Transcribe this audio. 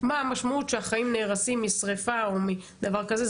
שהחיים נהרסים משריפה או מדבר כזה.